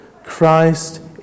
Christ